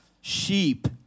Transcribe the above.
sheep